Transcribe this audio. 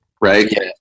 Right